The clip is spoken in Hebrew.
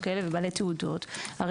לא,